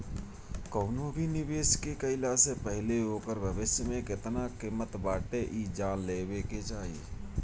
कवनो भी निवेश के कईला से पहिले ओकर भविष्य में केतना किमत बाटे इ जान लेवे के चाही